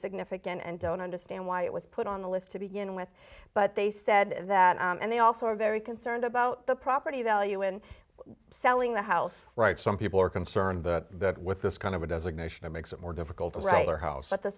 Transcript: significant and don't understand why it was put on the list to begin with but they said that and they also are very concerned about the property value in selling the house right some people are concerned that with this kind of a designation it makes it more difficult to write the